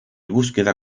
búsqueda